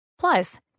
Plus